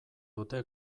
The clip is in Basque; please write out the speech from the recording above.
dute